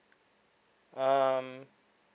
um